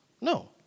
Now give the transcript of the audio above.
No